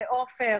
לעופר,